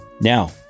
Now